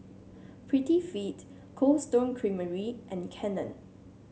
Prettyfit Cold Stone Creamery and Canon